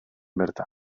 bertan